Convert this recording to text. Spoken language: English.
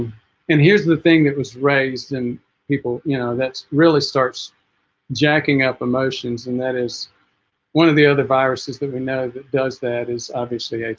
and here's the thing that was raised and people you know that really starts jacking up emotions and that is one of the other viruses that we know that does that is obviously yeah